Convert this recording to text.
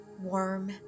warm